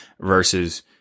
versus